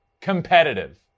competitive